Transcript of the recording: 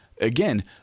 again